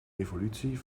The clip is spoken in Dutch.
evolutie